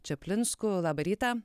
čaplinsku labą rytą